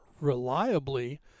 reliably